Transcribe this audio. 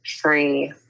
free